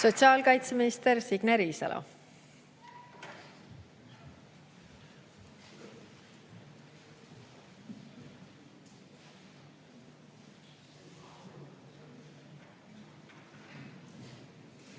Sotsiaalkaitseminister Signe Riisalo.